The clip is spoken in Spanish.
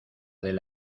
del